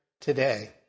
today